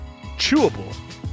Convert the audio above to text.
chewable